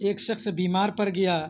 ایک شخص بیمار پڑ گیا